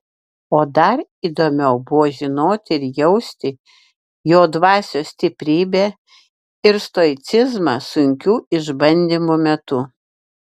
o dar įdomiau buvo žinoti ir jausti jo dvasios stiprybę ir stoicizmą sunkių išbandymų metu